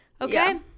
Okay